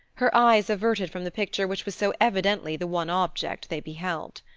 her eyes averted from the picture which was so evidently the one object they beheld.